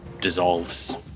dissolves